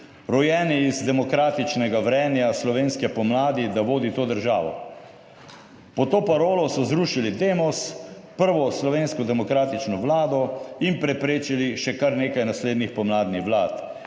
rojeni iz demokratičnega vrenja slovenske pomladi, da vodi to državo. Pod to parolo so zrušili DEMOS, prvo slovensko demokratično vlado, in preprečili še kar nekaj naslednjih pomladnih vlad,